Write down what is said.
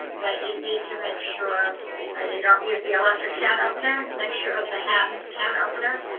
that you need to make sure you don't use the electric can opener, make sure it's a hand can opener.